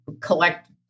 collect